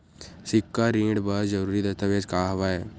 सिक्छा ऋण बर जरूरी दस्तावेज का हवय?